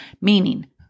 Meaning